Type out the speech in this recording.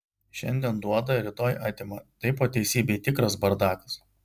šiandien duoda rytoj atima tai po teisybei tikras bardakas